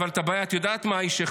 אבל את יודעת מה הבעיה,